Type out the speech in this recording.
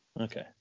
Okay